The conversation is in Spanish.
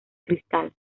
cristal